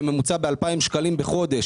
בממוצע ב-2,000 שקלים בחודש.